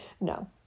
No